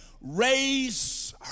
raise